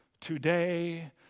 Today